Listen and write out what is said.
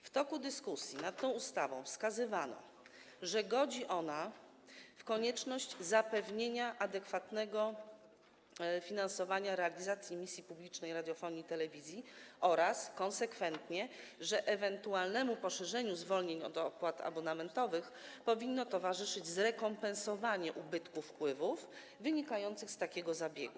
W toku dyskusji nad tą ustawą wskazywano, że godzi ona w konieczność zapewnienia adekwatnego finansowania realizacji misji publicznej radiofonii i telewizji oraz, konsekwentnie, że ewentualnemu poszerzeniu zwolnień z opłat abonamentowych powinno towarzyszyć zrekompensowanie ubytku wpływów wynikających z takiego zabiegu.